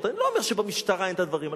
אני לא אומר שבמשטרה אין דברים כאלה,